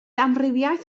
amrywiaeth